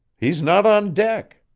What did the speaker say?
he's not on deck.